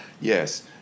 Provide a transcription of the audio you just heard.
yes